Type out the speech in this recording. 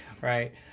Right